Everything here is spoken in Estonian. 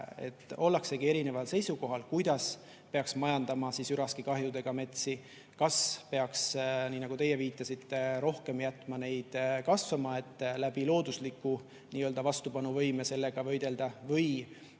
Ollaksegi erineval seisukohal, kuidas peaks majandama üraskikahjudega metsi, kas peaks, nii nagu teie viitasite, rohkem jätma neid [puid] kasvama, et läbi loodusliku vastupanuvõime sellega võidelda, või